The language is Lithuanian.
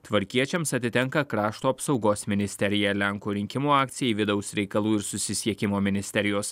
tvarkiečiams atitenka krašto apsaugos ministerija lenkų rinkimų akcijai vidaus reikalų ir susisiekimo ministerijos